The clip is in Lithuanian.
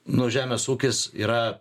nu žemės ūkis yra